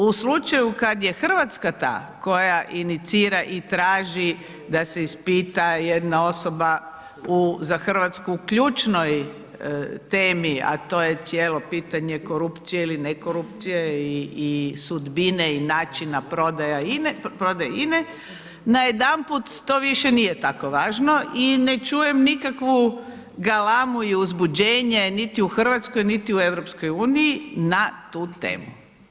U slučaju kad je Hrvatska ta koja inicira i traži da se ispita jedna osoba u za Hrvatsku ključnoj temi, a to je cijelo pitanje korupcije ili ne korupcije i sudbine i načina prodaje INE, najedanput to više nije tako važno i ne čujem nikakvu galamu i uzbuđenje, niti u Hrvatskoj, niti u EU na tu temu.